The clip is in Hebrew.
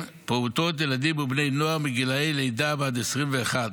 פעוטות, ילדים ובני נוער מגיל לידה ועד 21,